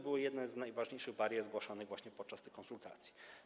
Były to jedne z najważniejszych barier zgłaszanych podczas tych konsultacji.